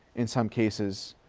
in some cases,